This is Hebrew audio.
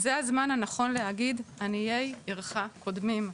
זה הזמן הנכון להגיד עניי עירך קודמים,